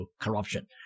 corruption